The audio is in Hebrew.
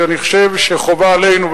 שאני חושב שחובה עלינו,